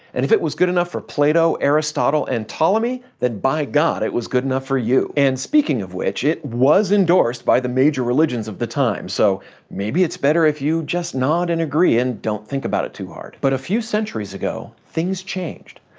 and if it was good enough for plato, aristotle and ptolemy, then by god it was good enough for you. and speaking of which, it was endorsed by the major religions of the time, so maybe it's better if you just nod and agree and don't think about it too hard. but a few centuries ago things changed.